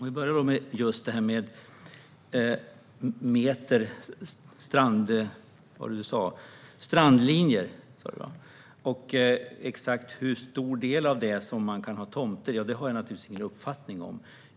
Fru talman! Jag börjar med det här med strandlinjer och exakt hur stor del av dem som kan bli tomter. Det har jag naturligtvis ingen uppfattning om.